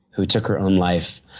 who took her own life.